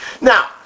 Now